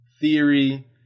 theory